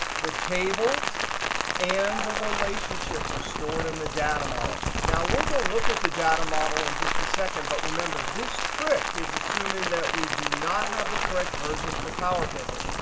the tables and the relationships are stored in the data model. now, we'll go look at the data model in just a second, but, remember, this trick is assuming that we do not have the correct version for power pivot.